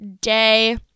day